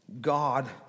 God